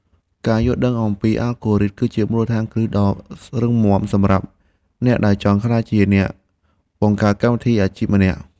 ការយល់ដឹងអំពីអាល់ហ្គោរីត គឺជាមូលដ្ឋានគ្រឹះដ៏រឹងមាំសម្រាប់អ្នកដែលចង់ក្លាយជាអ្នកបង្កើតកម្មវិធីអាជីពម្នាក់។